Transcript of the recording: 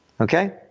Okay